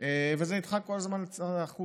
וזה נדחק כל הזמן החוצה,